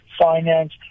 finance